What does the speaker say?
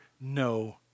no